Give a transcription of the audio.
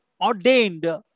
ordained